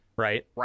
Right